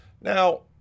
Now